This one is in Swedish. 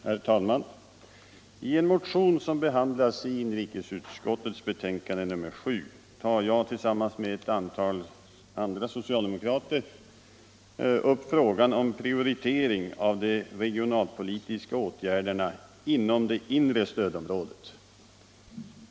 Herr talman! I en motion som behandlas i inrikesutskottets betänkande nr 7 har jag tillsammans med ett antal andra socialdemokrater tagit upp frågan om prioritering av de regionalpolitiska åtgärderna inom det inre stödområdet.